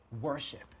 worship